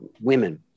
women